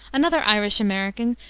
another irish-american,